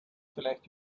vielleicht